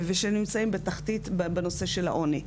ושנמצאים בתחתית, בנושא של העוני.